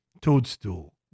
Toadstool